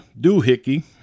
doohickey